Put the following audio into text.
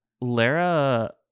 Lara